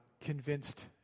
convinced